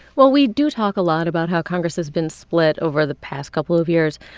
well, we do talk a lot about how congress has been split over the past couple of years.